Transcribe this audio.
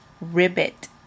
ribbit